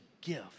gift